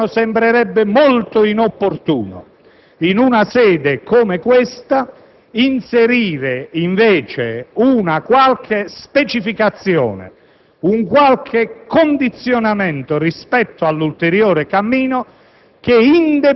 Al Governo sembrerebbe molto inopportuno in una sede come questa inserire, invece, una qualche specificazione, un qualche condizionamento rispetto all'ulteriore cammino,